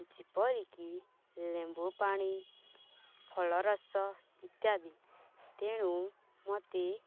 ଯେପରିକି ଲେମ୍ବୁପାଣି ଫଳରସ ଇତ୍ୟାଦି ତେଣୁ ମୋତେ